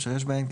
אשר יש בהן,